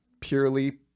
purely